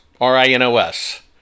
R-I-N-O-S